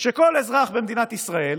שכל אזרח במדינת ישראל